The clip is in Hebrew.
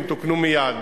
הם תוקנו מייד.